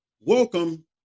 welcome